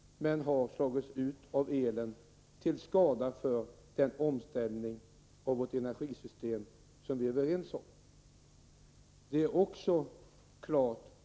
Men det har slagits ut av elen, och detta har skett till skada för den omställning av vårt energisystem som vi är överens om.